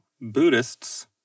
buddhists